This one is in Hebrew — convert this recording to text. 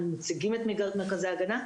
מציגים את מרכזי ההגנה,